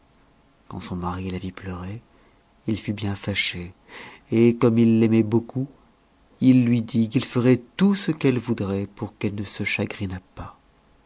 quand son mari la vit pleurer il fut bien fâché et comme il l'aimait beaucoup il lui dit qu'il ferait tout ce qu'elle voudrait pour qu'elle ne se chagrinât pas